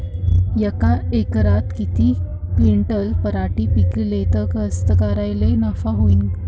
यका एकरात किती क्विंटल पराटी पिकली त कास्तकाराइले नफा होईन?